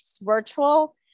Virtual